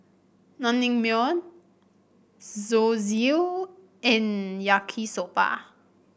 Naengmyeon Zosui and Yaki Soba